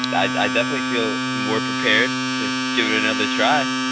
i definitely feel more prepared to give it another try